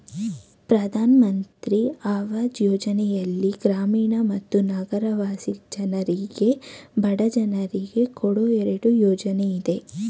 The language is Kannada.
ಪ್ರಧಾನ್ ಮಂತ್ರಿ ಅವಾಜ್ ಯೋಜನೆಯಲ್ಲಿ ಗ್ರಾಮೀಣ ಮತ್ತು ನಗರವಾಸಿ ಜನರಿಗೆ ಬಡ ಜನರಿಗೆ ಕೊಡೋ ಎರಡು ಯೋಜನೆ ಇದೆ